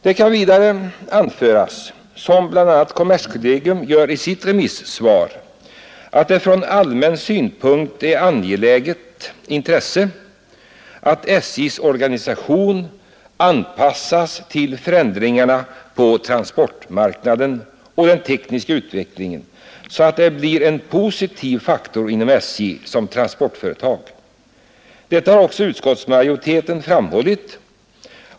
Det kan vidare anföras, som bl.a. kommerskollegium gör i sitt remissvar, att det från allmän synpunkt är ett angeläget intresse att SJ:s organisation anpassas till förändringarna på transportmarknaden och den tekniska utvecklingen, så att den blir en positiv faktor inom SJ som transportföretag. Detta har också utskottsmajoriteten framhållit.